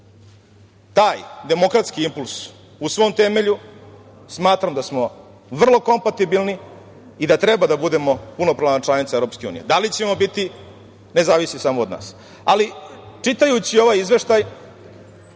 taj demokratski impuls u svom temelju smatram da smo vrlo kompatibilni i da treba da budemo punopravna članica EU. Da li ćemo biti? Ne zavisi samo od nas. Čitajući ovaj izveštaj,